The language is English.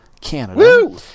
Canada